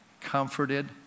comforted